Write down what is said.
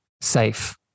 safe